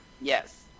Yes